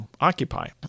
Occupy